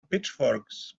pitchforks